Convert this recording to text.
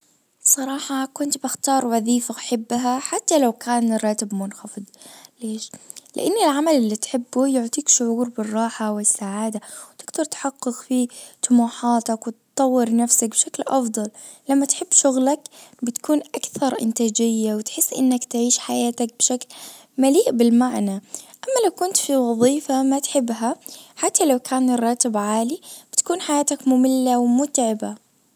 بصراحة كنت بختار وظيفة احبها حتى لو كان الراتب منخفض ليش? لان العمل اللي تحبه يعطيك شعور بالراحة والسعادة تجدر تحقق في طموحاتك وتطور نفسك بشكل افضل لما تحب شغلك بتكون اكثر انتاجية وتحس انك تعيش حياتك بشكل مليء بالمعنى. اما لو كنت في وظيفة ما تحبها حتى لو كان الراتب عالي بتكون حياتك مملة ومتعبة.